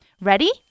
Ready